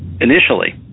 initially